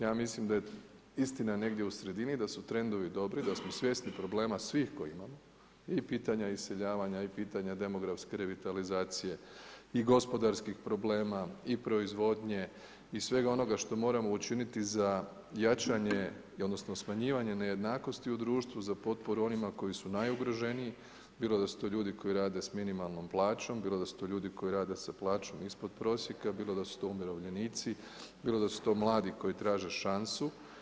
Ja mislim da je istina negdje u sredini, da su trendovi dobri, da smo svjesni problema svih koje imamo i pitanja iseljavanja i pitanja demografske revitalizacije i gospodarskih problema i proizvodnje i svega onoga što moramo učiniti za jačanje, odnosno smanjivanje nejednakosti u društvu, za potporu onima koji su najugroženiji bilo da su to ljudi koji rade sa minimalnom plaćom, bilo da su to ljudi koji rade sa plaćom ispod prosjeka, bilo da su to umirovljenici, bilo da su to mladi koji traže šansu.